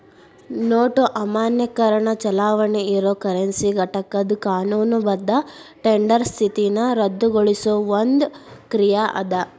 note ಅಮಾನ್ಯೇಕರಣ ಚಲಾವಣಿ ಇರೊ ಕರೆನ್ಸಿ ಘಟಕದ್ ಕಾನೂನುಬದ್ಧ ಟೆಂಡರ್ ಸ್ಥಿತಿನ ರದ್ದುಗೊಳಿಸೊ ಒಂದ್ ಕ್ರಿಯಾ ಅದ